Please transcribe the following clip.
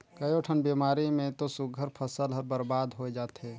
कयोठन बेमारी मे तो सुग्घर फसल हर बरबाद होय जाथे